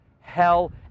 hell